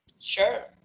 Sure